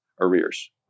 arrears